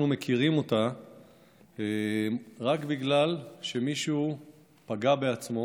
אנחנו מכירים אותה רק בגלל שמישהו פגע בעצמו